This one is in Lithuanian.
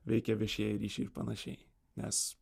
veikia viešieji ryšiai ir panašiai nes